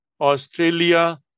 Australia